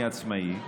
אני העצמאי,